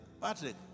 Patrick